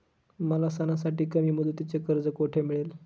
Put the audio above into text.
मला सणासाठी कमी मुदतीचे कर्ज कोठे मिळेल?